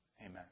Amen